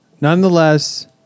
Nonetheless